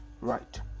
Right